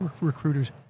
recruiters